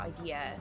idea